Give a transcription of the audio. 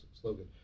slogan